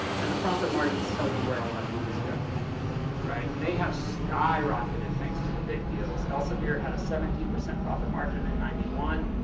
and the profit margins tell you where all that money is going. they have skyrocketed thanks to the big deals. elsevier had a seventeen percent profit margin in ninety one,